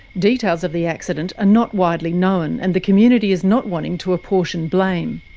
details of the accident are not widely known, and the community is not wanting to apportion blame.